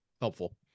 Helpful